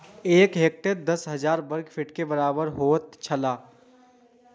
एक हेक्टेयर दस हजार वर्ग मीटर के बराबर होयत छला